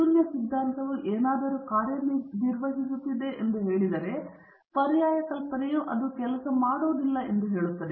ಶೂನ್ಯ ಸಿದ್ಧಾಂತವು ಏನಾದರೂ ಕಾರ್ಯನಿರ್ವಹಿಸುತ್ತಿದೆ ಎಂದು ಹೇಳಿದರೆ ಪರ್ಯಾಯ ಕಲ್ಪನೆಯು ಕೆಲಸ ಮಾಡುವುದಿಲ್ಲ ಎಂದು ಹೇಳುತ್ತದೆ